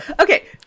okay